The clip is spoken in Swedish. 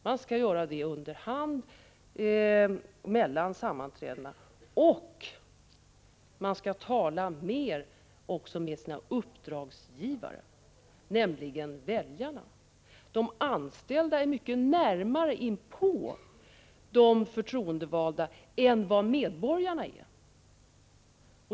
Man skall göra det under hand mellan sammanträdena, och man skall tala mer också med sina uppdragsgivare, nämligen väljarna. De anställda är mycket närmare inpå de förtroendevalda än vad medborgarna är.